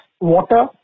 water